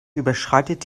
überschreitet